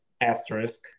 asterisk